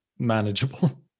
manageable